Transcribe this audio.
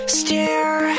stare